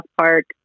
Park